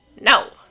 No